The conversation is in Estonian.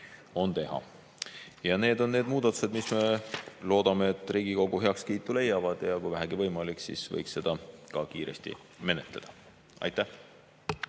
teha. Need on need muudatused, mis me loodame, et Riigikogu heakskiitu leiavad. Ja kui vähegi võimalik, siis võiks seda ka kiiresti menetleda. Aitäh!